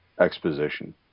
exposition